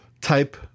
type